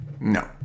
No